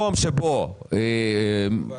במקום שבו על